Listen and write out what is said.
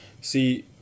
See